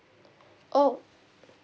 oh